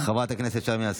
חבר הכנסת שרן השכל,